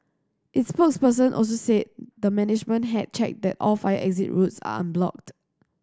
its spokesperson also said the management had checked that all fire exit routes are unblocked